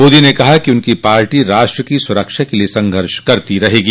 मोदी ने कहा कि उनकी पार्टी राष्ट्र की सूरक्षा के लिए संघर्ष करती रहेगी